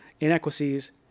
inequities